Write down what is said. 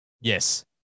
yes